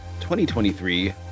2023